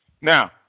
Now